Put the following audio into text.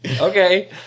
Okay